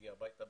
שמגיע הביתה,